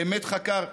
באמת חקר?